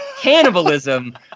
cannibalism